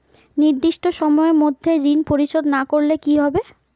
নির্দিষ্ট সময়ে মধ্যে ঋণ পরিশোধ না করলে কি হবে?